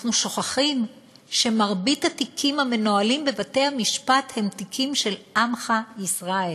אנחנו שוכחים שמרבית התיקים המנוהלים בבתי-המשפט הם תיקים של עמך ישראל,